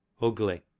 ugly